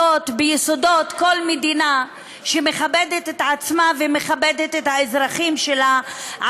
ביסודות כל מדינה שמכבדת את עצמה ומכבדת את האזרחים שלה,